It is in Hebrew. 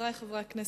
חברי חברי הכנסת,